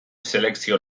selekzio